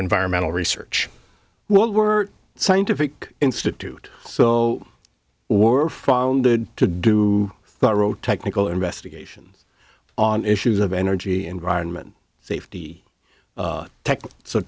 environmental research well we're scientific institute so were founded to do thorough technical investigation on issues of energy environment safety